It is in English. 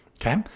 okay